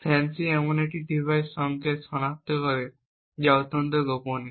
FANCI এমন একটি ডিভাইসে সংকেত সনাক্ত করে যা অত্যন্ত গোপনীয়